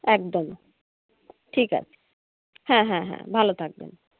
একদম ঠিক আছে হ্যাঁ হ্যাঁ হ্যাঁ ভালো থাকবেন